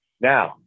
now